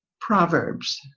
Proverbs